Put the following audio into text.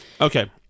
Okay